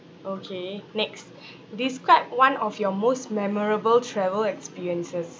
okay next describe one of your most memorable travel experiences